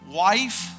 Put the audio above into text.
wife